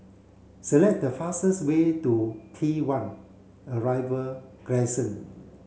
select the fastest way to T one Arrival Crescent